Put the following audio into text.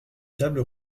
table